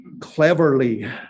cleverly